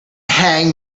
hang